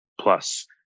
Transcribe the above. plus